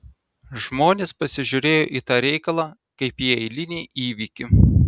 žmonės pasižiūrėjo į tą reikalą kaip į eilinį įvykį